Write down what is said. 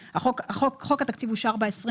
חוק התקציב אושר ב-24